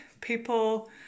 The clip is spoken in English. people